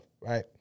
right